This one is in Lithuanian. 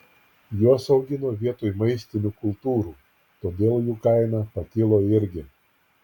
juos augino vietoj maistinių kultūrų todėl jų kaina pakilo irgi